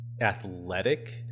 athletic